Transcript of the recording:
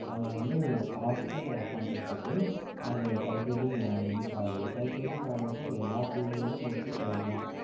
அதை வந்து ஃபாஸ்ட்டாக பண்ணுறதுக்கு அதை டைப் ரைட்டிங் யூஸ் ஆகுது டைப் ரைட்டிங் பார்க்குறப்போ எல்லா ஃபீல்ட்லையுமே மோஸ்ட்லி டைப் தான்